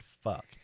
fuck